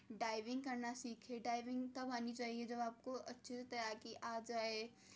diving کرنا سیکھے diving تب آنی چاہیے جب آپ کو اچھے سے تیراکی آجائے اور